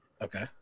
Okay